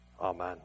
Amen